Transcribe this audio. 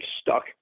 stuck